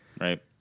Right